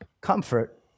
comfort